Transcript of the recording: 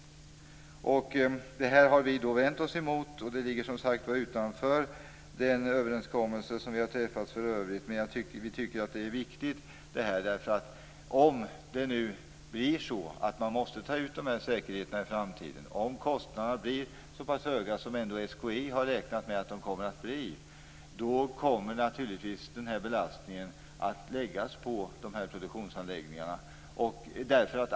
Det här har vi vänt oss emot, och det ligger som sagt utanför den överenskommelse som vi har träffat i övrigt. Men vi tycker att det är viktigt. För om det nu blir så att man måste ta ut de här säkerheterna i framtiden, om kostnaderna blir så pass höga som SKI ändå har räknat med att de kommer att bli, så kommer naturligtvis den här belastningen att läggas på produktionsanläggningarna.